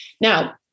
Now